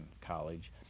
college